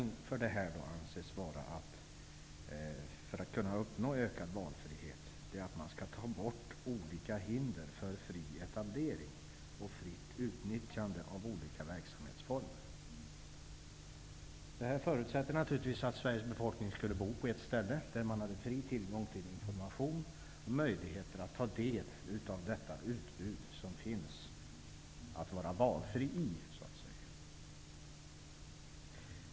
En förutsättning för att uppnå ökad valfrihet anses vara att man skall ta bort olika hinder för fri etablering och fritt utnyttjande av olika verksamhetsformer. Detta förutsätter naturligtvis att Sveriges befolkning skulle bo på ett ställe där man hade fri tillgång till information och möjligheter att ta del av detta utbud som finns att vara valfri i så att säga.